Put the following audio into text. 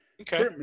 okay